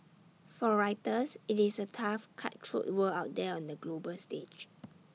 for writers IT is A tough cutthroat world out there on the global stage